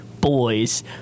boys